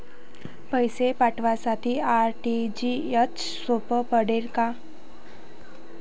पैसे पाठवासाठी आर.टी.जी.एसचं सोप पडते का?